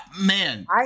Man